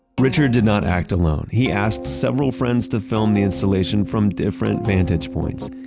richard did not act alone. he asked several friends to film the installation from different vantage points.